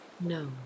no